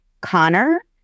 Connor